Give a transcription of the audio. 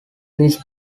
this